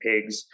pigs